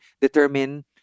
determine